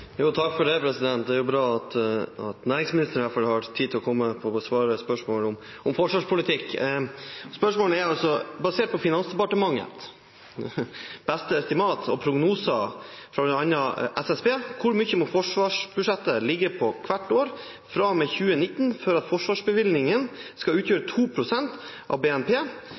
Det er bra at næringsministeren i hvert fall har tid til å komme for å besvare spørsmål om forsvarspolitikk. Spørsmålet er: «Basert på Finansdepartementets beste estimat og prognoser fra blant annet SSB: Hvor mye må forsvarsbudsjettet ligge på hvert år fra og med 2019 for at forsvarsbevilgningene skal utgjøre 2 pst. av BNP